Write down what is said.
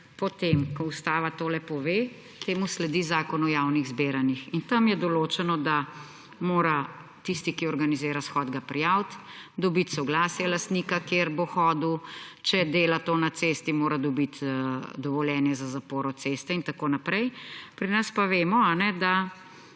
potem, ko Ustava tole pove, temu sledi Zakon o javnih zbiranjih. In tam je določeno, da mora tisti, ki organizira shod, ga prijaviti, dobiti soglasje lastnika, kjer bo hodil, če dela to na cesti, mora dobiti dovoljenje za zaporo ceste in tako naprej. Pri nas pa vemo, da